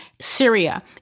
syria